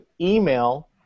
Email